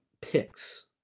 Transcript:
picks